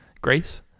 grace